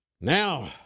now